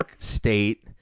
state